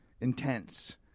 intense